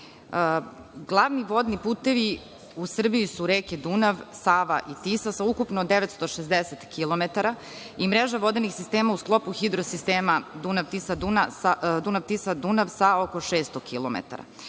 vodni putevi u Srbiji su reke Dunav, Sava i Tisa sa ukupno 960 kilometara i mreža vodenih sistema u sklopu hidrosistema Dunav-Tisa-Dunav sa oko 600